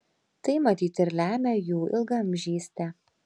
tai matyt ir lemia jų ilgaamžystę